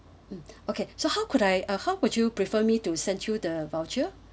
mm okay so how could I uh how would you prefer me to send you the voucher